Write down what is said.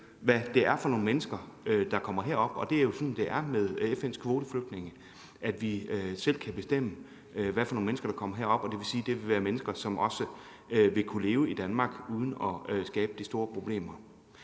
til at vælge, hvilke mennesker der kommer herop. Sådan er det med FN's kvoteflygtninge. Vi kan selv bestemme, hvilke mennesker der kommer herop. Det vil sige, at det vil være mennesker, som vil kunne leve i Danmark uden at skabe de store problemer.